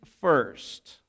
first